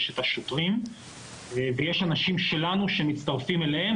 יש את השוטרים ויש אנשים שלנו שמצטרפים אליהם,